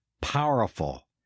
powerful